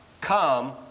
Come